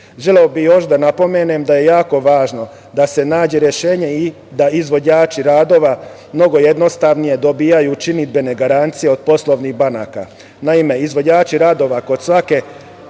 bih još da napomenem da je jako važno da se nađe rešenje i da izvođači radova mnogo jednostavnije dobijaju činidbene garancije od poslovnih banaka. Naime, izvođači radova kod svake